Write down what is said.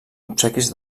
obsequis